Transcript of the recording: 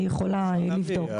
אני יכולה לבדוק.